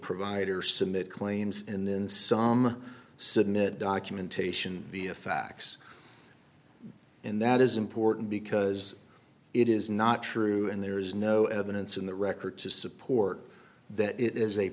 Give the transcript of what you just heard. provider submit claims and then some submit documentation via fax and that is important d because it is not true and there is no evidence in the record to support that i